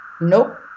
Nope